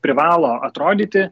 privalo atrodyti